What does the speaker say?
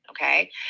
Okay